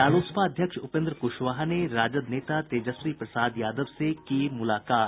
रालोसपा अध्यक्ष उपेन्द्र कुशवाहा ने राजद नेता तेजस्वी प्रसाद यादव से की मुलाकात